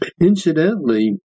Incidentally